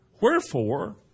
Wherefore